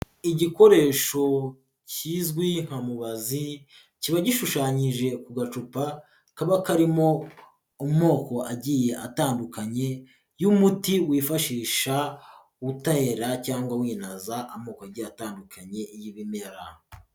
Igikoresho kizwi nka mubazi, kiba gishushanyije ku gacupa, kaba karimo amoko agiye atandukanye, y'umuti wifashisha utera cyangwa winaza, amoko agiye atandukanye y'ibimera.